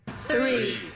Three